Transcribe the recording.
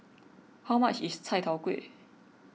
how much is Chai Tow Kuay